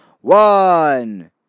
One